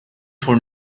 for